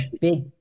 big